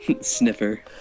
Sniffer